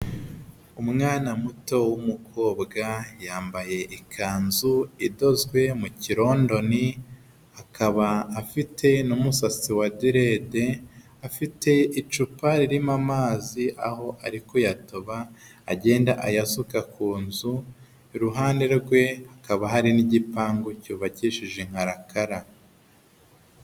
Umwana muto w'umukobwa yambaye ikanzu idozwe mu kirondoni, akaba afite n'umusatsi wa derede, afite icupa ririmo amazi aho ari kuyatoba agenda ayasuka ku nzu, iruhande rwe hakaba hari n'igipangu cyubakishije inkarakara.